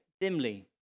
dimly